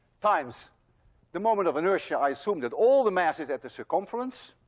times the moment of inertia. i assume that all the mass is at the circumference,